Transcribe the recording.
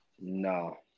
No